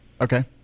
Okay